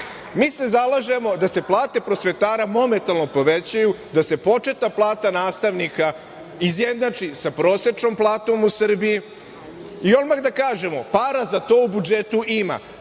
se zalažemo da se plate prosvetara momentalno povećaju, da se početna plata nastavnika izjednači sa prosečnom platom u Srbiji. Odmah da kažemo, para za to u budžetu ima,